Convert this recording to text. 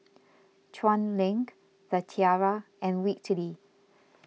Chuan Link the Tiara and Whitley